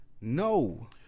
No